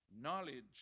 Knowledge